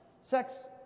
Sex